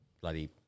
bloody